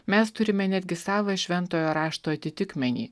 mes turime netgi savą šventojo rašto atitikmenį